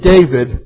David